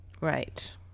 right